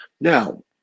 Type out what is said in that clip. Now